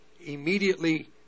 immediately